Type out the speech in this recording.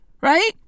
Right